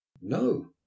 No